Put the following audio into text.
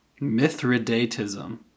mithridatism